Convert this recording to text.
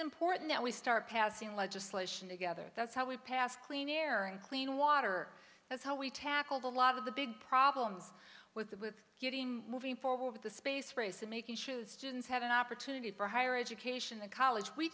important that we start passing legislation together that's how we pass clean air and clean water that's how we tackled a lot of the big problems with getting moving forward the space race and making shoes students have an opportunity for higher education in college we